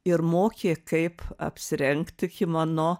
ir mokė kaip apsirengti kimono